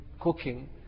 cooking